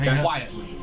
quietly